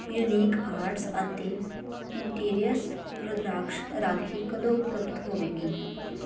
unique arts ਅਤੇ interiors Rudraksh Rakhi ਕਦੋਂ ਉਪਲੱਬਧ ਹੋਵੇਗੀ